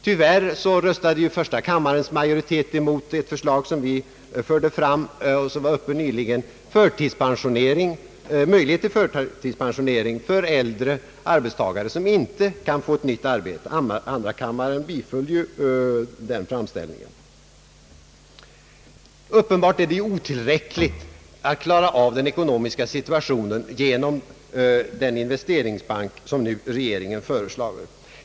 Tyvärr röstade första kammarens majoritet mot det förslag som vi fört fram och som behandlades nyligen. Det avsåg möjligheter till förtidspensionering av äldre arbetstagare som inte kan få ett nytt arbete. Andra kammaren biföll ju den framställningen. Uppenbarligen kan man inte klara av den ekonomiska situationen genom den investeringsbank som regeringen nu föreslagit.